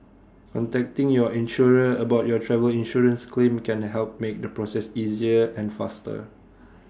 contacting your insurer about your travel insurance claim can help make the process easier and faster